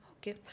Okay